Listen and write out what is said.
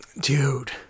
Dude